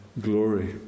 Glory